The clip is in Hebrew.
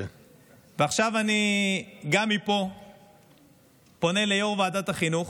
מפה אני פונה גם ליושב-ראש ועדת החינוך: